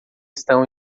estão